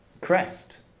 crest